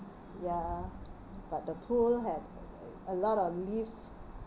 ya but the pool had a lot of leaves